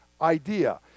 idea